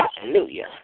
Hallelujah